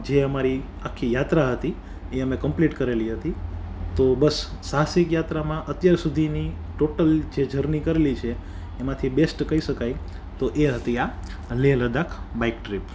જે અમારી આખી યાત્રા હતી એ અમે કંપલિટ કરેલી હતી તો બસ સાહસિક યાત્રામાં અત્યાર સુધીની ટોટલ જે જર્ની કરેલી છે એમાંથી બેસ્ટ કઈ શકાય તો એ હતી આ લેહ લદાક બાઈક ટ્રીપ